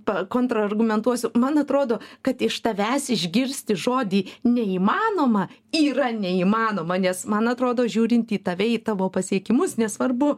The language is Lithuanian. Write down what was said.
pa kontrargumentuosiu man atrodo kad iš tavęs išgirsti žodį neįmanoma yra neįmanoma nes man atrodo žiūrint į tave į tavo pasiekimus nesvarbu